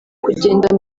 kugenda